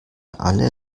alle